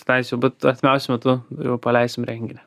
tenais jau bet artimiausiu metu jau paleisim renginį